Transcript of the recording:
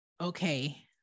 okay